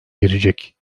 girecek